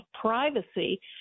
privacy